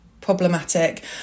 problematic